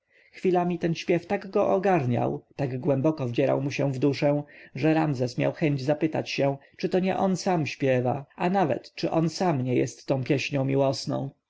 chwilami ten śpiew tak go ogarniał tak głęboko wdzierał mu się w duszę że ramzes miał chęć zapytać czy to nie on sam śpiewa a nawet czy on sam nie jest tą pieśnią miłosną